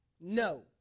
no